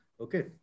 Okay